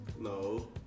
No